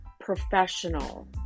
professional